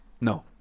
No